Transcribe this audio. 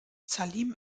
salim